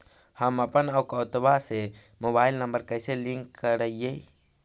हमपन अकौउतवा से मोबाईल नंबर कैसे लिंक करैइय?